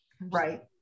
Right